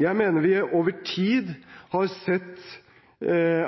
Jeg mener at vi over tid har sett